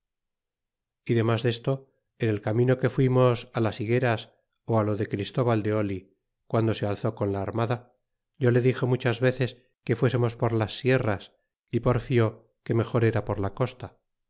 y denlas desto en el camino que fuimos las irgueras o a lo de christóbal de ofi guando se alzó con la armada yo le dixe muchas veces que fuesemos por las sierras y porfió que mejor era por la costa